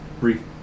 brief